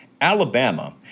Alabama